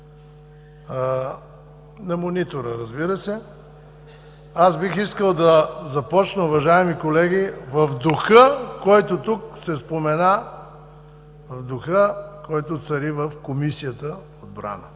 на монитора, разбира се. Бих искал да започна, уважаеми колеги, в духа, който тук се спомена, в духа, който цари в Комисията по отбрана,